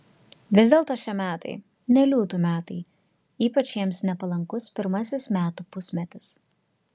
vis dėlto šie metai ne liūtų metai ypač jiems nepalankus pirmasis metų pusmetis